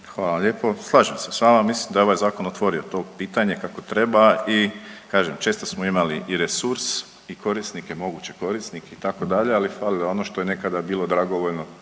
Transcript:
Hvala lijepo. Slažem se s vama, mislim da je ovaj zakon otvorio to pitanje kako treba i kažem često smo imali i resurs i korisnike moguće korisnike itd., ali fali ono što je nekada bilo dragovoljno